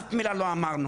אף מילה לא אמרנו,